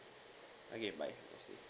okay bye